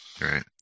Right